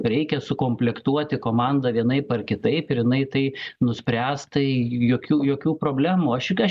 reikia sukomplektuoti komandą vienaip ar kitaip ir jinai tai nuspręs tai jokių jokių problemų aš juk aš